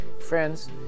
Friends